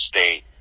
State